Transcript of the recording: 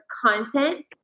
content